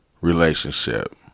Relationship